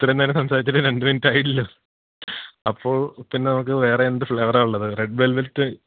ഇത്രയും നേരം സംസാരിച്ചിട്ട് രണ്ട് മിനിട്ടായില്ലല്ലോ അപ്പോള്പ്പിന്നെ നമുക്ക് വേറെ എന്തു ഫ്ലേവറാണ് ഉള്ളത് റെഡ് വെൽവെറ്റ്